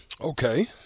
Okay